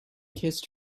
kissed